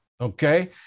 Okay